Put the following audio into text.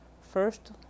first